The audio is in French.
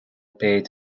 pays